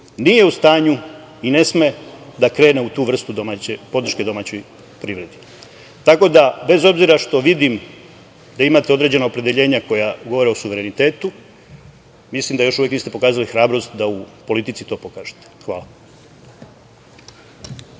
nije u stanju i ne sme da krene u tu vrstu podrške domaćoj privredi. Tako da, bez obzira što vidim da imate određena opredeljenja koja govore o suverenitetu, mislim da još uvek niste pokazali hrabrost da u politici to pokažete. Hvala.